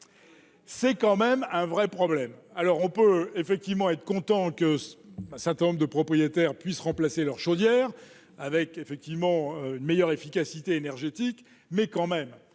C'est quand même un vrai problème, alors on peut effectivement être content qu'un certain nombre de propriétaires puissent remplacer leur chaudière avec effectivement une meilleure efficacité énergétique, mais quand même,